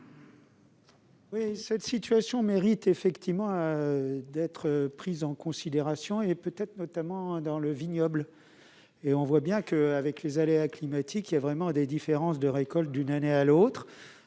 vote. Cette situation mérite effectivement d'être prise en considération, notamment dans le vignoble. Avec les aléas climatiques, il y a vraiment des différences de récolte d'une année sur l'autre.